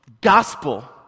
gospel